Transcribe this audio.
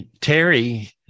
terry